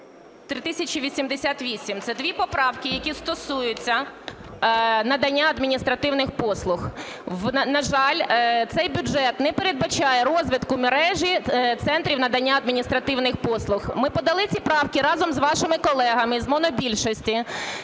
3088. Це дві поправки, які стосуються надання адміністративних послуг. На жаль, цей бюджет не передбачає розвитку мережі центрів надання адміністративних послуг. Ми подали ці правки разом з вашими колегами з монобільшості